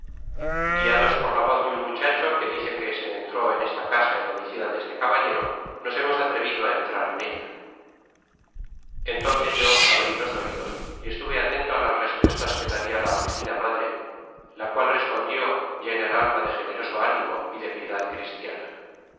guiados por la voz de un muchacho que dice que se entró en esta casa el homicida deste caballero nos hemos atrevido a entrar en ella entonces yo abrí los oidos casa content from google book search generated at y estuve atento a las respuestas que daria la afligida madre la cual respondió llena el alma de generoso ánimo y de piedad cristiana